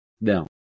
No